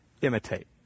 imitate